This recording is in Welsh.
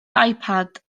ipad